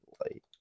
light